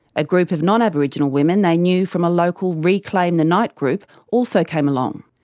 a group of non-aboriginal women they knew from a local reclaim the night group also came along.